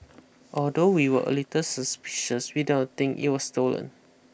although we were a little suspicious we don't not think it was stolen